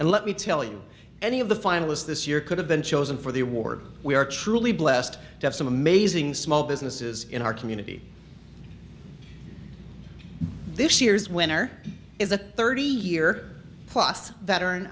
and let me tell you any of the finalists this year could have been chosen for the award we are truly blessed to have some amazing small businesses in our community this year's winner is a thirty year plus veteran